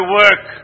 work